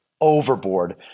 overboard